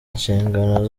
inshingano